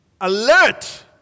alert